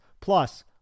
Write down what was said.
plus